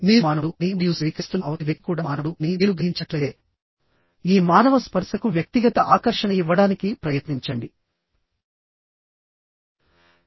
మీరు మానవుడు అని మరియు స్వీకరిస్తున్న అవతలి వ్యక్తి కూడా మానవుడు అని మీరు గ్రహించినట్లయితే ఈ మానవ స్పర్శకు వ్యక్తిగత ఆకర్షణ ఇవ్వడానికి ప్రయత్నించండి